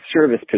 service